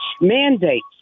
mandates